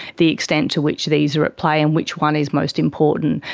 the extent to which these are at play and which one is most important,